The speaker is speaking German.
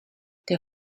der